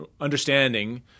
understanding